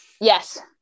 Yes